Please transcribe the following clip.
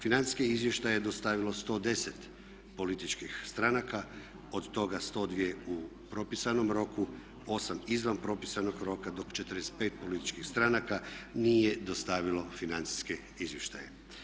Financijske izvještaje je dostavilo 110 političkih stranaka, od toga 102 u propisanom roku, 8 izvan propisanog roka, dok 45 političkih stranaka nije dostavilo financijske izvještaje.